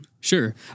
Sure